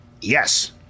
Yes